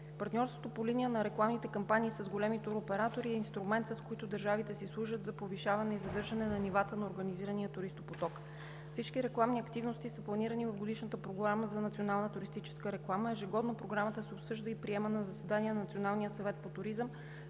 Партньорството по линия на рекламните кампании с големи туроператори е инструмент, с който държавите си служат за повишаване и задържане на нивата на организирания туристопоток. Всички рекламни активности са планирани в Годишната програма за национална туристическа реклама. Ежегодно Програмата се обсъжда и приема на заседание на Националния съвет по туризъм